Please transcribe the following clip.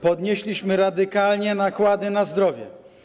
Podnieśliśmy radykalnie nakłady na zdrowie.